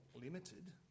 limited